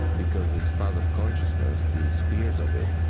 because this fuss of consciousness, these fears of it,